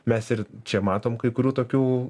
mes ir čia matom kai kurių tokių